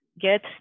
get